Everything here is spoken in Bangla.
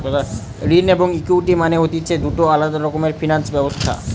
ঋণ এবং ইকুইটি মানে হতিছে দুটো আলাদা রকমের ফিনান্স ব্যবস্থা